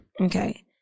Okay